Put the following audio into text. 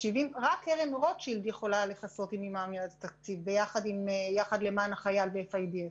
רק קרן רוטשילד יכולה לכסות יחד עם "יחד למען החייל" ו-IFDF.